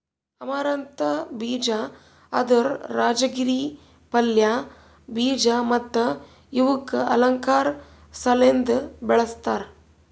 amaranth ಬೀಜ ಅಂದುರ್ ರಾಜಗಿರಾ ಪಲ್ಯ, ಬೀಜ ಮತ್ತ ಇವುಕ್ ಅಲಂಕಾರ್ ಸಲೆಂದ್ ಬೆಳಸ್ತಾರ್